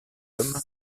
homme